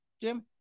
Jim